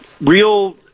real